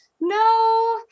No